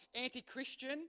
anti-Christian